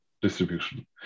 distribution